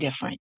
different